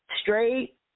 straight